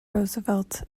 roosevelt